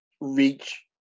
reach